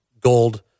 gold